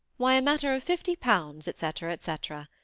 why, a matter of fifty pounds, etc. etc.